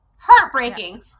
Heartbreaking